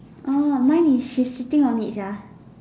orh mine is she's sitting on it Sia